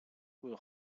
will